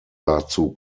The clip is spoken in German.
dazu